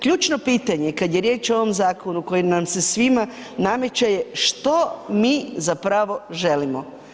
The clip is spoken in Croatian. Ključno pitanje kad je riječ o ovom zakonu koji nam se svima nameće, što mi zapravo želimo?